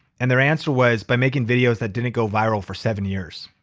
and their answer was, by making videos that didn't go viral for seven years.